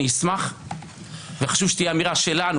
אני אשמח וחשוב שתהיה אמירה שלנו,